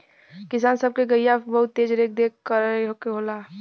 किसान सब के गइया के बहुत देख रेख करे के होला